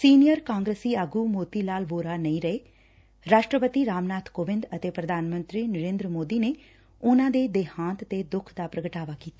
senior ਕਾਂਗਰਸੀ ਆਗੂ ਮੋਤੀ ਲਾਲ ਵੋਰਾ ਨਹੀਂ ਰਹੇ ਰਾਸ਼ਟਰਪਤੀ ਰਾਮ ਨਾਬ ਕੋਵਿੰਦ ਅਤੇ ਪ੍ਰਧਾਨ ਮੰਤਰੀ ਨਰੇਦਰ ਮੋਦੀ ਨੇ ਉਨੂਾ ਦੇ ਦੇਹਾਂਤ ਤੇ ਦੂੱਖ ਦਾ ਪ੍ਰਗਟਾਵਾ ਕੀਤਾ